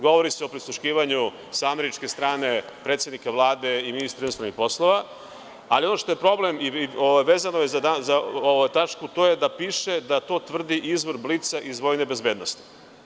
Govori se o prisluškivanju sa američke strane predsednika Vlade i ministra inostranih poslova, ali ono što je problem i vezano je za ovu tačku, to je da piše da to tvrdi izvor „Blic“-a iz vojne bezbednosti.